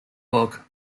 book